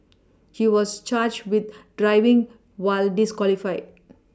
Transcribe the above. he was charged with driving while disqualified